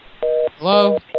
Hello